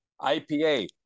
IPA